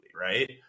right